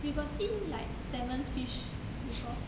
you got see like salmon fish before